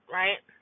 right